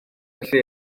felly